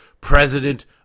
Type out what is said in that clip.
President